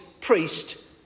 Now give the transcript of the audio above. priest